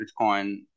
Bitcoin